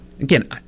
Again